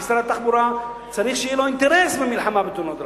כי שר התחבורה צריך שיהיה לו אינטרס במלחמה בתאונות הדרכים.